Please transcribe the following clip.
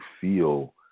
feel